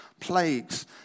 plagues